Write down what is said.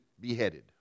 beheaded